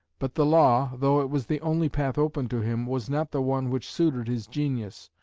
but the law, though it was the only path open to him, was not the one which suited his genius,